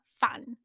fun